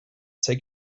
take